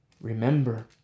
Remember